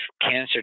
cancer